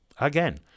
again